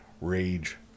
Rage